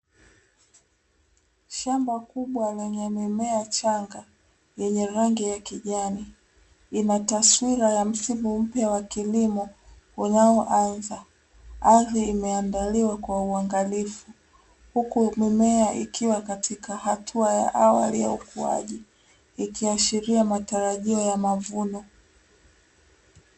Shamba kubwa lenye mimea changa yenye rangi ya kijani inataswira ya msimu mpya wa kilimo unaoanza. Ardhi imeandaliwa kwa uangalifu huku mimea ikiwa katika hatua ya awali ya ukuaji ikihashiria matarajio ya mavuno.